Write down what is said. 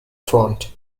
front